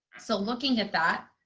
so looking at that,